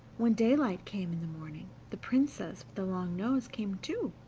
when daylight came in the morning, the princess with the long nose came too,